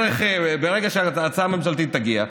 ברגע שההצעה הממשלתית תגיע.